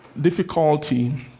difficulty